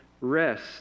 rest